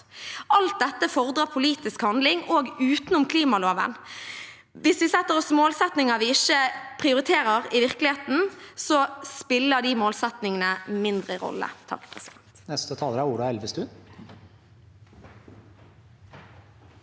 Alt dette fordrer politisk handling – også utenom klimaloven. Hvis vi setter oss målsettinger vi ikke prioriterer i virkeligheten, spiller de målsettingene mindre rolle.